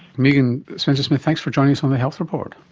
megan spencer-smith, thanks for joining us on the health report.